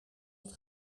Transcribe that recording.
het